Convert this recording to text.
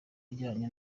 ajyanye